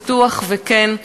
פתוח וכן,